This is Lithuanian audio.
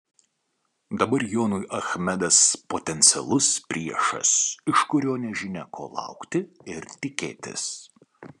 dabar jonui achmedas potencialus priešas iš kurio nežinia ko laukti ir tikėtis